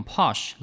Posh